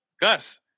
Gus